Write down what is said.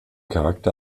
charakter